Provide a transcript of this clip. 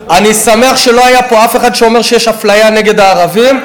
אני שמח שלא היה פה אף אחד שאומר שיש אפליה נגד הערבים,